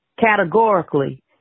categorically